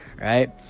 right